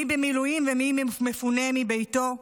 מי במילואים ומי מפונה מביתו,